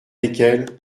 lesquels